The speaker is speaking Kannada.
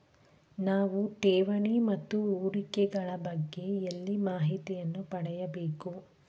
ನಾವು ಠೇವಣಿ ಮತ್ತು ಹೂಡಿಕೆ ಗಳ ಬಗ್ಗೆ ಎಲ್ಲಿ ಮಾಹಿತಿಯನ್ನು ಪಡೆಯಬೇಕು?